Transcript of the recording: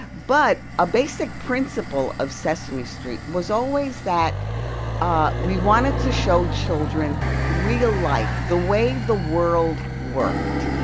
but a basic principle of sesame street was always that ah we wanted to show children real life the way the world worked.